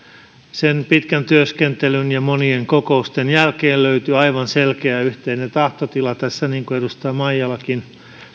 sen pitkän työskentelyn ja monien kokousten jälkeen löytyi aivan selkeä yhteinen tahtotila tässä niin kuin edustaja maijalakin